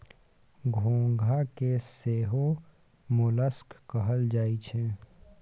घोंघा के सेहो मोलस्क कहल जाई छै